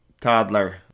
toddler